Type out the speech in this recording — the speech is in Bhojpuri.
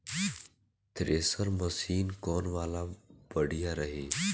थ्रेशर मशीन कौन वाला बढ़िया रही?